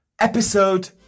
episode